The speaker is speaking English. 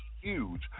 huge